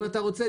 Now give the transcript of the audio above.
אם אתה רוצה,